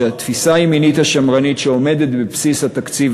שהתפיסה הימנית השמרנית שעומדת בבסיס התקציב